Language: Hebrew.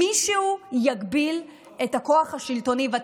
אתם רוצים למנות את השופטים על בסיס פוליטי ולא על בסיס הכישורים שלהם,